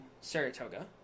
Saratoga